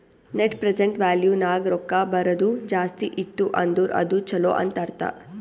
net present value ನಾಗ್ ರೊಕ್ಕಾ ಬರದು ಜಾಸ್ತಿ ಇತ್ತು ಅಂದುರ್ ಅದು ಛಲೋ ಅಂತ್ ಅರ್ಥ